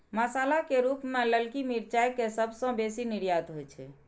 मसाला के रूप मे ललकी मिरचाइ के सबसं बेसी निर्यात होइ छै